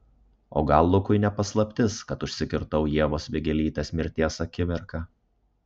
o gal lukui ne paslaptis kad užsikirtau ievos vėgėlytės mirties akimirką